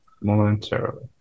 momentarily